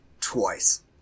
twice